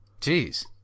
Jeez